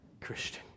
Christian